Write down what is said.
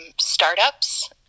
startups